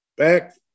Back